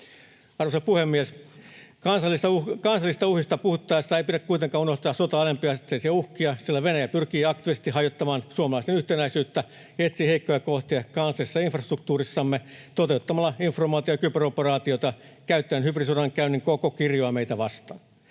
Arvoisa puhemies! Kansallisista uhista puhuttaessa ei pidä kuitenkaan unohtaa sotaa alempiasteisia uhkia, sillä Venäjä pyrkii aktiivisesti hajottamaan suomalaisten yhtenäisyyttä ja etsii heikkoja kohtia kansallisessa infrastruktuurissamme toteuttamalla informaatio- ja kyberoperaatioita käyttäen hybridisodankäynnin koko kirjoa meitä vastaan.